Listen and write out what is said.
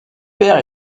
père